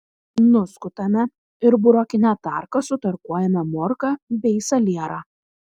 nuskutame ir burokine tarka sutarkuojame morką bei salierą